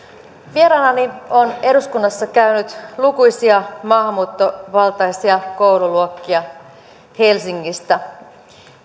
vieraanani on eduskunnassa käynyt lukuisia maahanmuuttovaltaisia koululuokkia helsingistä